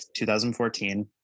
2014